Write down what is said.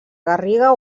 garriga